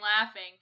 laughing